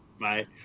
Bye